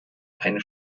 eine